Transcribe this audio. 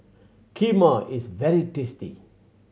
kheema is very tasty